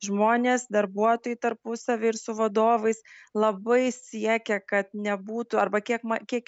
žmonės darbuotojai tarpusavy ir su vadovais labai siekia kad nebūtų arba kiek ma kiek